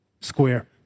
square